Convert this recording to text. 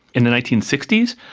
in the nineteen sixty s,